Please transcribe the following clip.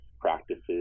practices